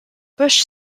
bush